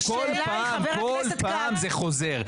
כל פעם זה חוזר.